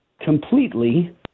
completely